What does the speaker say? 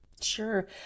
Sure